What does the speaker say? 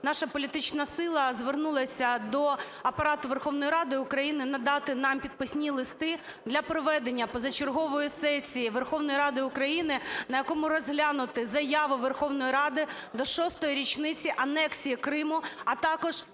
наша політична сила звернулася до Апарату Верховної Ради України надати нам підписні листи для проведення позачергової сесії Верховної Ради України, на якому розглянути заяву Верховної Ради до шостої річниці анексії Криму, а також внести